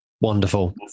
wonderful